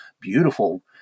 beautiful